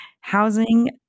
Housing